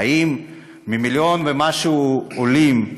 האם ממיליון ומשהו עולים,